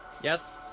Yes